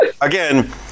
again